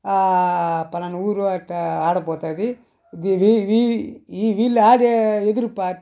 పలాన ఊరు అట్టా ఆడబోతుంది ఇది ఈ వీల్లాడే ఎదురు ప